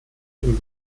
ihm